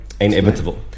inevitable